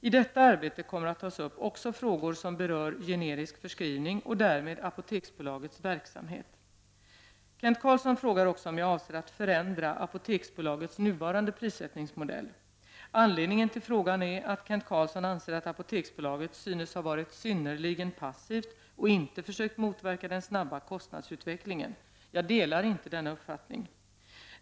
I detta arbete kommer att tas upp också frågor som berör generisk förskrivning och därmed Apoteksbolagets verksamhet. Kent Carlsson frågar också om jag avser att förändra Apoteksbolagets nuvarande prissättningsmodell. Anledningen till frågan är att Kent Carlsson anser att Apoteksbolaget synes ha varit synnerligen passivt och inte försökt motverka den snabba kostnadsutvecklingen. Jag delar inte denna uppfattning.